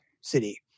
city